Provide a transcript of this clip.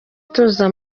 tuza